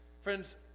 Friends